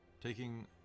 Taking